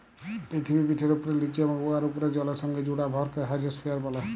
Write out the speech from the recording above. পিথিবীপিঠের উপ্রে, লিচে এবং উয়ার উপ্রে জলের সংগে জুড়া ভরকে হাইড্রইস্ফিয়ার ব্যলে